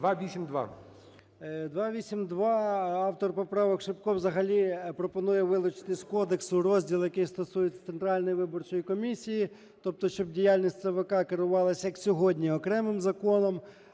О.М. 282. Автор поправок Шипко взагалі пропонує вилучити з кодексу розділ, який стосується Центральної виборчої комісії. Тобто щоб діяльність ЦВК керувалась, як сьогодні, окремим законом.